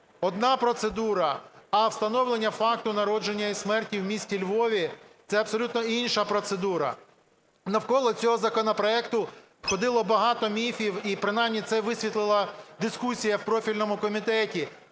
одна процедура, а встановлення факту народження і смерті в місті Львові – це абсолютно інша процедура. Навколо цього законопроекту ходило багато міфів, і принаймні це висвітлила дискусія в профільному комітеті.